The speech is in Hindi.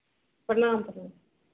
प्रणाम प्रणाम